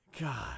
God